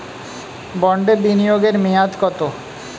বন্ডে বিনিয়োগ এর মেয়াদ কত?